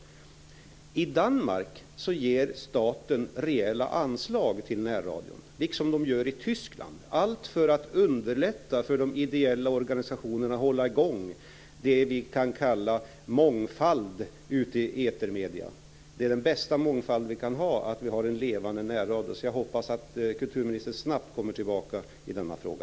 I Danmark ger staten reella anslag till närradion, liksom man gör i Tyskland, allt för att underlätta för de ideella organisationerna att hålla i gång det vi kan kalla mångfald i etermedierna. Den bästa mångfald vi kan ha är att vi har en levande närradio. Jag hoppas att kulturministern snabbt kommer tillbaka i denna fråga.